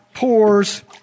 pours